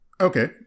Okay